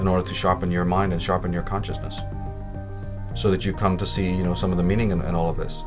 in order to sharpen your mind and sharpen your consciousness so that you come to see you know some of the meaning and all of this